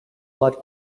blood